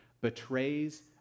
betrays